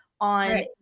on